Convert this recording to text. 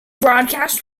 broadcast